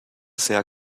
sehr